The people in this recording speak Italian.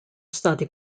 stati